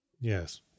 Yes